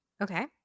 Okay